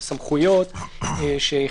סגן השר, עם כל